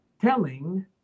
telling